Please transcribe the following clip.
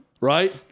right